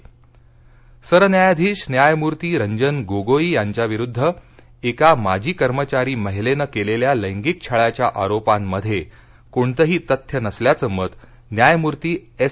सर्वोच्च न्यायालय सरन्यायाधीश न्यायमूर्ती रंजन गोगोई यांच्याविरुद्ध एका माजी कर्मचारी महिलेनं केलेल्या लैंगिक छळाच्या आरोपांमध्ये कोणतंही तथ्य नसल्याचं मत न्यायमूर्ती एस